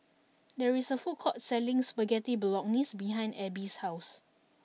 there is a food court selling Spaghetti Bolognese behind Ebbie's house